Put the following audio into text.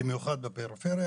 במיוחד בפריפריה.